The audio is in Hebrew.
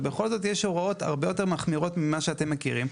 ובכל זאת יש הוראות הרבה יותר מחמירות ממה שאתם מכירים.